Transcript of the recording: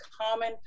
common